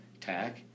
tack